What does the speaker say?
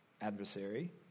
Adversary